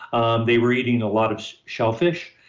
um they were eating a lot of shellfish,